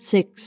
Six